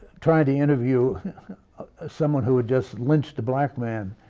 trying to interview someone who had just lynched a black man,